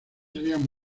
serían